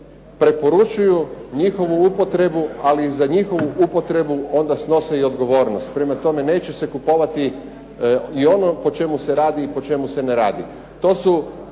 preporučuju njihovu upotrebu, ali i za njihovu upotrebu onda i snose odgovornost. Prema tome, neće se kupovati i ono po čemu se radi i po čemu se ne radi.